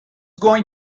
going